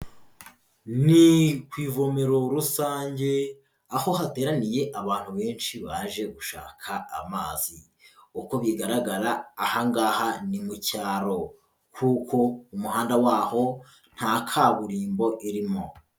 Ni ku ivomero rusange aho hateraniye abantu benshi baje gushaka amazi, uko bigaragara aha ngaha ni mu cyaro kuko umuhanda waho nta kaburimbo irimo.